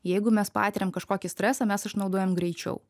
jeigu mes patiriam kažkokį stresą mes išnaudojam greičiau